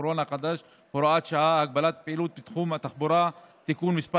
הקורונה החדש (הוראת שעה) (הגבלת פעילות בתחום התחבורה) (תיקון מס'